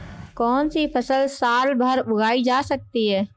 कौनसी फसल साल भर उगाई जा सकती है?